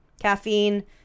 caffeine